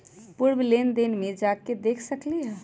पूर्व लेन देन में जाके देखसकली ह?